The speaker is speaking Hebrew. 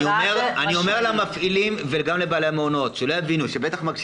אני אומר למפעילים וגם לבעלי המעונות נלחמנו